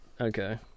Okay